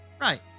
Right